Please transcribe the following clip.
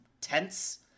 tense